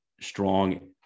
strong